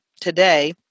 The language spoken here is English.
today